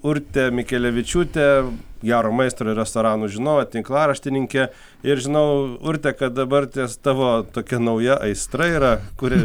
urtė mikelevičiūtė gero maisto ir restoranų žinovė tinklaraštininkė ir žinau urte kad dabartės tavo tokia nauja aistra yra kuri